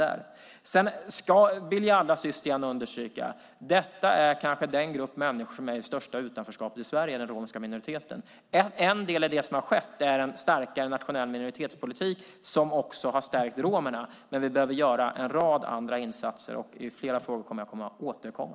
Allra sist vill jag understryka att detta kanske är den grupp människor i Sverige som är i störst utanförskap. En del i det som har skett är en starkare nationell minoritetspolitik som också har stärkt romerna, men vi behöver göra en rad andra insatser, och jag kommer att återkomma i flera frågor.